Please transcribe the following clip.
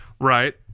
right